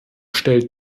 stellt